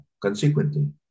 Consequently